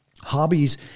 hobbies